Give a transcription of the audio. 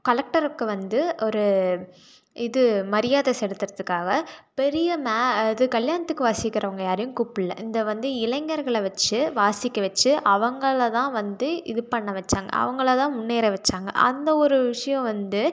கலெக்டருக்கு வந்து ஒரு இது மரியாதை செலுத்துகிறதுக்காக பெரிய மே அது கல்யாணத்துக்கு வாசிக்கிறவங்க யாரையும் கூப்பிட்ல இந்த வந்து இளைஞர்களை வச்சு வாசிக்க வச்சு அவர்களதான் வந்து இது பண்ண வைச்சாங்க அவங்களைதான் முன்னேற வைச்சாங்க அந்த ஒரு விஷயம் வந்து